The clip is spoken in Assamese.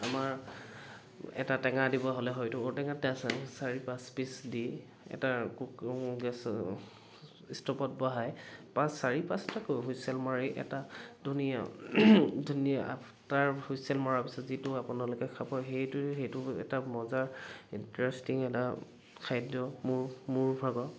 আমাৰ এটা টেঙা দিব হ'লে হয়তো ঔটেঙা চাৰি পাঁচ পিচ দি এটা গেছত ষ্ট'ভত বহাই পাঁচ চাৰি পাঁচটাকৈ হুইছেল মাৰি এটা ধুনীয়া ধুনীয়া আঠটাৰ হুইছেল মৰা পিছত যিটো আপোনালোকে খাব সেইটো সেইটো এটা মজা ইন্টাৰেষ্টিং এটা খাদ্য মোৰ মোৰ ভাগৰ